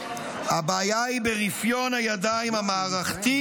הבעיה היא ברפיון הידיים המערכתי